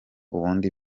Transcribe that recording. ubundi